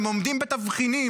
הם עומדים בתבחינים,